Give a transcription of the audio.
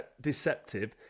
deceptive